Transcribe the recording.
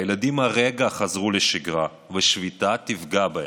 הילדים הרגע חזרו לשגרה, ושביתה תפגע בה.